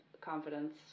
confidence